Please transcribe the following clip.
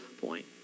point